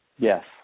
Yes